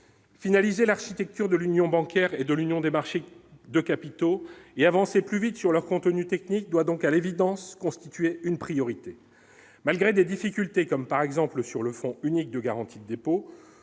finaliser l'architecture de l'union bancaire et de l'Union des marchés de capitaux et avancer plus vite sur leur contenu technique doit donc à l'évidence constituer une priorité malgré des difficultés comme par exemple sur le front unique de garantie des dépôts